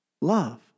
Love